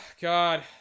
god